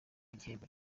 igihembo